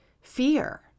fear